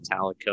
metallica